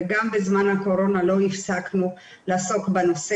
וגם בזמן הקורונה לא הפסקנו לעסוק בנושא,